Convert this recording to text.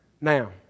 Now